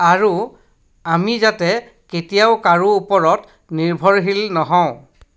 আৰু আমি যাতে কেতিয়াও কাৰো ওপৰত নিৰ্ভৰশীল নহওঁ